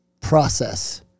Process